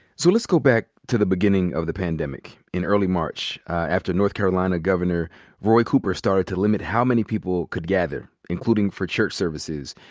so let's go back to the beginning of the pandemic in early march, after north carolina governor roy cooper started to limit how many people could gather, including for church services.